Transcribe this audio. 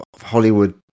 hollywood